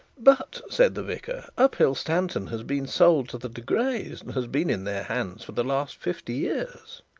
but, said the vicar, uphill stanton has been sold to the de greys, and has been in their hands for the last fifty years